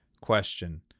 Question